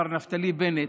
מר נפתלי בנט,